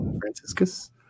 Franciscus